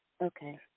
Okay